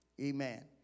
Amen